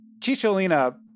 Chicholina